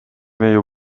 neiu